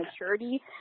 maturity